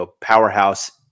powerhouse